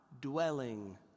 dwelling